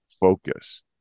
focus